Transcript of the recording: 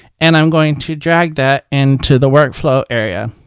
and i'm going to drag that into the workflow area.